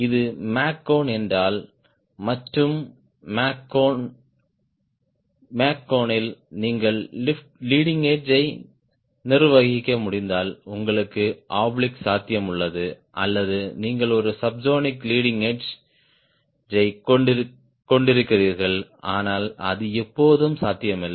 இது Mach cone என்றால் மற்றும் மேக் கோண் ல் நீங்கள் லீடிங் எட்ஜ் யை நிர்வகிக்க முடிந்தால் உங்களுக்கு ஆப்லிக் சாத்தியம் உள்ளது அல்லது நீங்கள் ஒரு சப்ஸோனிக் லீடிங் எட்ஜ் யை கொண்டிருக்கிறீர்கள் ஆனால் அது எப்போதும் சாத்தியமில்லை